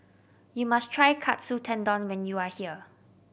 you must try Katsu Tendon when you are here